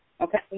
Okay